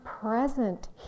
present